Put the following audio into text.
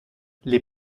les